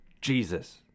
Jesus